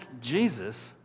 Jesus